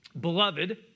Beloved